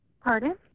Pardon